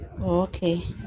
Okay